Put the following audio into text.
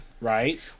Right